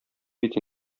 бит